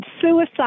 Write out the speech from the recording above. suicide